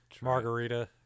margarita